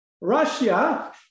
Russia